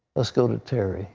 let's go to terry